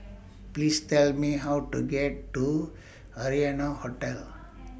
Please Tell Me How to get to Arianna Hotel